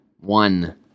One